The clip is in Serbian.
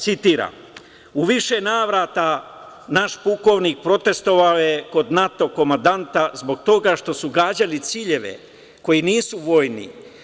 Citiram: „U više navrata naš pukovnik protestvovao je kod NATO komandanta zbog toga što su gađali ciljeve koji nisu vojni.